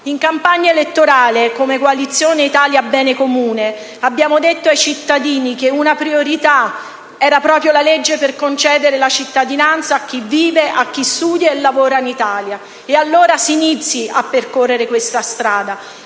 In campagna elettorale, come coalizione Italia Bene Comune, abbiamo detto ai cittadini che una priorità era proprio la legge per concedere la cittadinanza a chi vive, studia e lavora in Italia. E allora si inizi a percorrere questa strada!